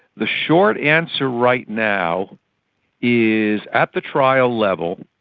the short answer right now is at the trial level